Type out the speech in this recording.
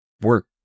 work